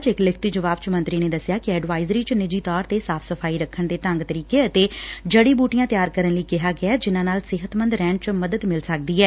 ਚ ਇਕ ਲਿਖਤੀ ਜਵਾਬ ਚ ਮੰਤਰੀ ਨੇ ਦਸਿਆ ਕਿ ਐਡਵਾਇਜਰੀ ਚ ਨਿੱਜੀ ਤੌਰ ਤੇ ਸਾਫ਼ ਸਫ਼ਾਈ ਰੱਖਣ ਦੇ ਢੰਗ ਤਰੀਕੇ ਅਤੇ ਜੜੀ ਬੂਟੀਆਂ ਤਿਆਰ ਕਰਨ ਲਈ ਕਿਹਾ ਗਿਐ ਜਿਨ੍ਹਾਂ ਨਾਲ ਸਿਹਤਮੰਦ ਰਹਿਣ ਚ ਮਿਲ ਸਕਦੀ ਐ